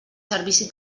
servici